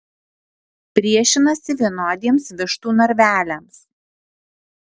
priešinasi vienodiems vištų narveliams